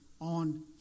on